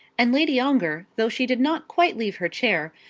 and lady ongar, though she did not quite leave her chair,